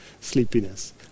sleepiness